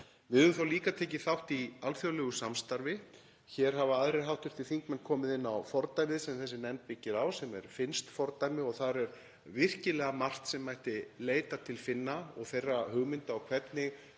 Við höfum líka tekið þátt í alþjóðlegu samstarfi. Hér hafa aðrir hv. þingmenn komið inn á fordæmið sem þessi nefnd byggir á, sem er finnskt fordæmi. Þar er virkilega margt sem mætti leita til Finna með og þeirra hugmynda og hvernig